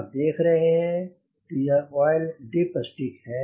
आप देख रहे हैं यह आयल डिप स्टिक है